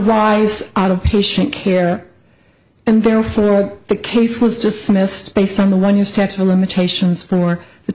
rise out of patient care and therefore the case was dismissed based on the one use tax for limitations for the